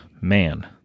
man